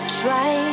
try